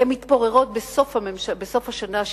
הן מתפוררות בסוף השנה השנייה,